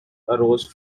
arose